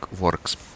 works